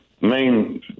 main –